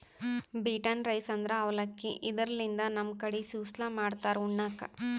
beaten rice ಅಂದ್ರ ಅವಲಕ್ಕಿ, ಇದರ್ಲಿನ್ದ್ ನಮ್ ಕಡಿ ಸುಸ್ಲಾ ಮಾಡ್ತಾರ್ ಉಣ್ಣಕ್ಕ್